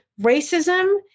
racism